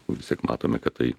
vis tiek matome kad tai